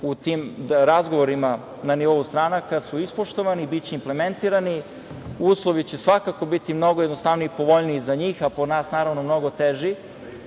u tim razgovorima na nivou stranaka su ispoštovani, biće implementirani. Uslovi će svakako biti mnogo jednostavniji, povoljniji za njih, a po nas naravno mnogo teži,